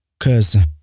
Cause